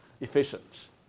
efficient